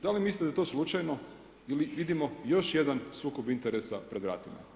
Da li mislite da je to slučajno ili vidimo još jedan sukob interesa pred vratima?